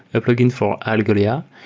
a plugin for algolia,